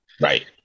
Right